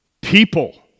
people